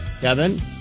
Kevin